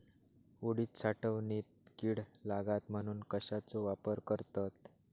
उडीद साठवणीत कीड लागात म्हणून कश्याचो वापर करतत?